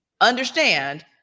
understand